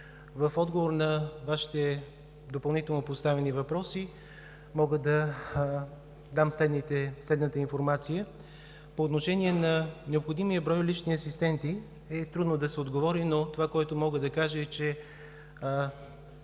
в отговор на Вашите допълнително поставени въпроси мога да дам следната информация. По отношение на необходимия брой лични асистенти е трудно да се отговори, но това, което мога да кажа, е, че